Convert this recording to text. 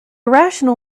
irrational